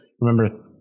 Remember